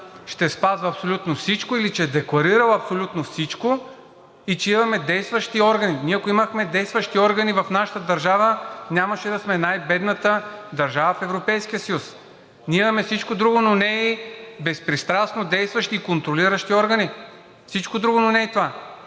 ще спазва абсолютно всичко или че е декларирал абсолютно всичко и че имаме действащи органи. Ние, ако имахме действащи органи в нашата държава, нямаше да сме най-бедната държава в Европейския съюз. Ние имаме всичко друго, но не и безпристрастно действащи и контролиращи органи. Всичко друго, но не и това!